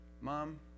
Mom